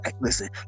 Listen